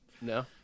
No